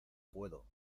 puedo